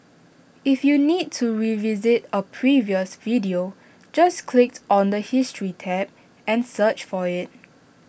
if you need to revisit A previous video just click on the history tab and search for IT